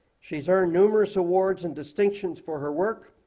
she's earned numerous awards and distinctions for her work,